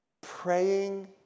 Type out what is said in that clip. Praying